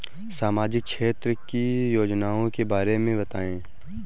सामाजिक क्षेत्र की योजनाओं के बारे में बताएँ?